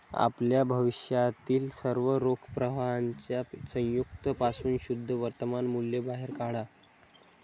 आपल्या भविष्यातील सर्व रोख प्रवाहांच्या संयुक्त पासून शुद्ध वर्तमान मूल्य बाहेर काढा